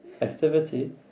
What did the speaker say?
activity